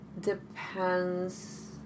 depends